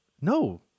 No